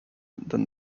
than